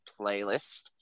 playlist